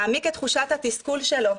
מעמיק את תחושת התסכול שלו,